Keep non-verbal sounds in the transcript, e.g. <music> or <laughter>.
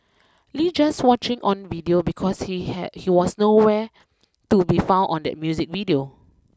Lee just watching on because he heard he <unintelligible> was no where to be found on that music video